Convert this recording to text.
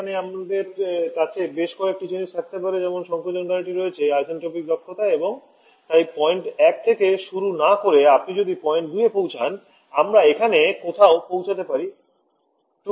এখানে আমাদের কাছে বেশ কয়েকটি জিনিস থাকতে পারে যেমন সংকোচকারীটির রয়েছে আইসেন্ট্রোপিক দক্ষতা এবং তাই পয়েন্ট 1 থেকে শুরু না করে আপনি যদি পয়েন্ট 2 এ পৌঁছান আমরা এখানে কোথাও পৌঁছাতে পারি 2